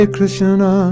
Krishna